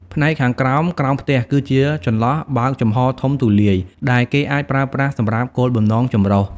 ផ្នែកខាងក្រោម ក្រោមផ្ទះ គឺជា ចន្លោះបើកចំហរធំទូលាយ ដែលគេអាចប្រើប្រាស់សម្រាប់គោលបំណងចម្រុះ ។